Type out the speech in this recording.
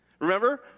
remember